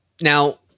Now-